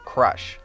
Crush